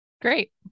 Great